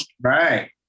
Right